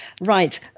Right